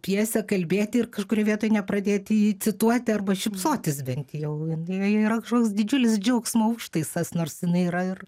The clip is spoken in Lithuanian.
pjesę kalbėti ir kažkurioj vietoj nepradėti jį cituoti arba šypsotis bent jau nu joje yra kažkoks didžiulis džiaugsmo užtaisas nors jinai yra ir